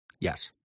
Yes